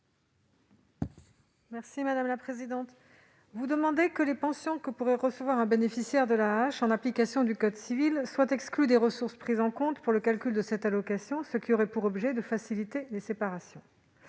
Monsieur le sénateur, vous demandez que les pensions que pourrait recevoir un bénéficiaire de l'AAH en application du code civil soient exclues des ressources prises en compte pour le calcul de cette allocation, ce qui aurait pour objet de faciliter les séparations.